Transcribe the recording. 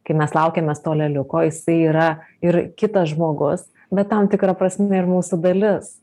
kai mes laukiamės to lėliuko jisai yra ir kitas žmogus bet tam tikra prasme ir mūsų dalis